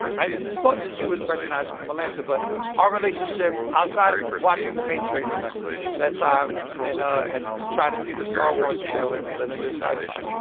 i thought that you would recognize it from atlanta. but our relationship, outside of watching the matrix that time and and trying to see the star wars trailer because i know you're a sci-fi buff